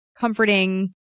comforting